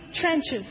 trenches